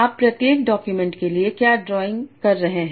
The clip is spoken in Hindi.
आप प्रत्येक डॉक्यूमेंट के लिए क्या ड्राइंग कर रहे हैं